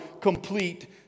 complete